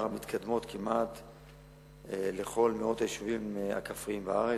המתקדמות כמעט לכל מאות היישובים הכפריים בארץ,